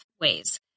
ways